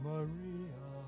Maria